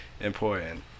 Important